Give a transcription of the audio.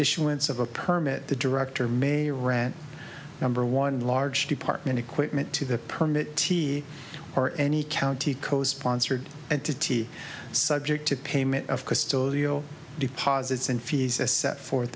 issuance of a permit the director may rant number one large department equipment to the permit t or any county co sponsored entity subject to payment of custodial deposits and fees as set forth